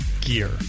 Gear